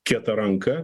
kietą ranką